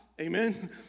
Amen